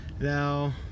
Now